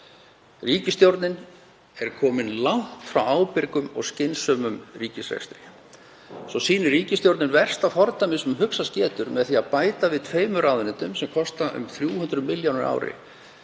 Ríkisstjórnin er komin langt frá ábyrgum og skynsamlegum ríkisrekstri. Svo sýnir ríkisstjórnin versta fordæmið sem hugsast getur með því að bæta við tveimur ráðuneytum sem kosta um 300 milljónir á ári.